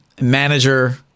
manager